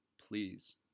Please